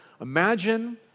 Imagine